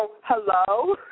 Hello